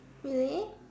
really